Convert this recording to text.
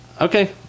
Okay